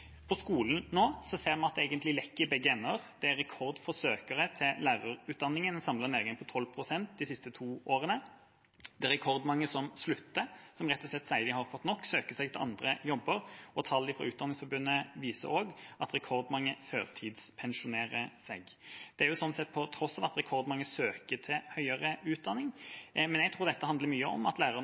På skolen ser vi nå at det egentlig lekker i begge ender: Det er rekordfå søkere til lærerutdanningen – en samlet nedgang på 12 pst. de siste to årene. Det er rekordmange som slutter, som rett og slett sier de har fått nok, og som søker seg til andre jobber, og tall fra Utdanningsforbundet viser også at rekordmange førtidspensjonerer seg – dette på tross av at det er rekordmange søkere til høyere utdanning. Jeg tror dette handler mye om at lærerne